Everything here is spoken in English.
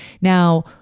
Now